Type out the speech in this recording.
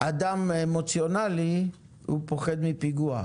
אדם אמוציונאלי הוא פוחד מפיגוע,